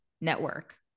network